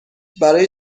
برای